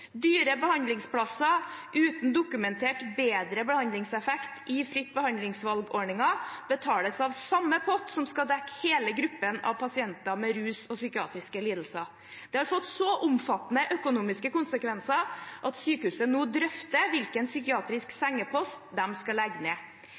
Dyre behandlingsplasser uten dokumentert bedre behandlingseffekt i fritt-behandlingsvalg-ordningen betales av samme pott som skal dekke hele gruppen av pasienter med rusproblemer og psykiatriske lidelser. Det har fått så omfattende økonomiske konsekvenser at sykehuset nå drøfter hvilken psykiatrisk